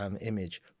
image